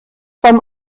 beim